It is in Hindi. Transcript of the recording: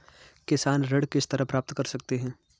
किसान ऋण किस तरह प्राप्त कर सकते हैं?